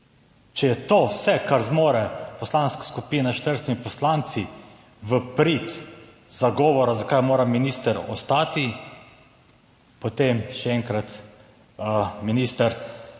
Če je to vse, kar zmore poslanska skupina s 40 poslanci, v prid zagovora, zakaj mora minister ostati potem še enkrat, minister,